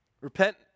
Repent